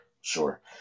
sure